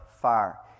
fire